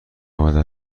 آمده